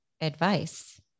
advice